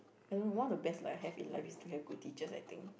I don't know one of the best that I have in life is to have good teachers I think